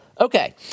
Okay